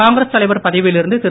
காங்கிரஸ் தலைவர் பதவியில் இருந்து திரு